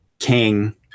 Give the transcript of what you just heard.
King